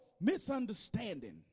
misunderstanding